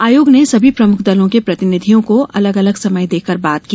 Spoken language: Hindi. आयोग ने सभी प्रमुख दलों के प्रतिनिधियों को अलग अलग समय देकर बात की